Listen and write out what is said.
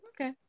okay